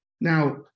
Now